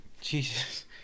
Jesus